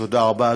תודה רבה.